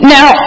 Now